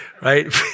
right